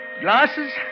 Glasses